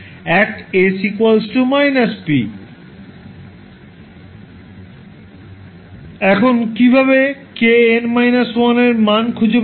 𝑠 −𝑝 এখন কীভাবে kn−1 এর মান খুঁজে পাব